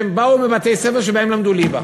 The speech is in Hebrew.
שבאו מבתי-ספר שבהם למדו ליבה.